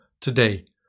today